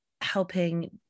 helping